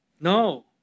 No